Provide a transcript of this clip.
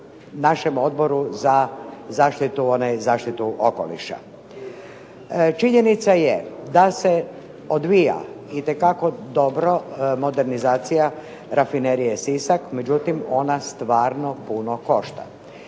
našem Odboru za zaštitu okoliša. Činjenica je da se odvija itekako dobro modernizacija Rafinerije Sisak, međutim ona stvarno puno košta.